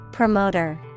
Promoter